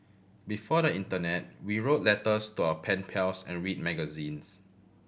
before the internet we wrote letters to our pen pals and read magazines